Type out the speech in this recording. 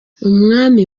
umwami